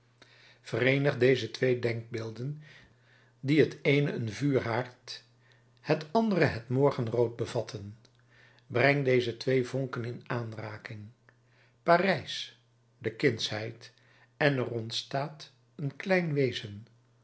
vereenig deze twee denkbeelden die het eene een vuurhaard het andere het morgenrood bevatten breng deze twee vonken in aanraking parijs de kindsheid en er ontstaat een klein wezen